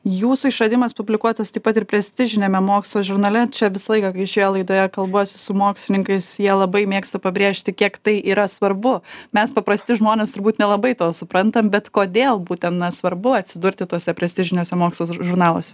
jūsų išradimas publikuotas taip pat ir prestižiniame mokslo žurnale čia visą laiką kai šioje laidoje kalbuosi su mokslininkais jie labai mėgsta pabrėžti kiek tai yra svarbu mes paprasti žmonės turbūt nelabai to suprantam bet kodėl būtent na svarbu atsidurti tuose prestižiniuose mokslo žurnaluose